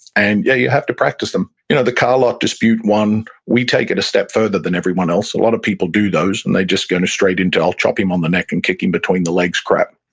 and yeah, you have to practice them you know the car lot dispute one, we take it a step further than everyone else. a lot of people do those, and they just go straight into i'll chop him on the neck and kick him between the legs crap.